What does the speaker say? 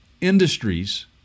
industries